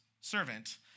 servant